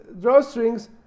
drawstrings